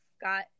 got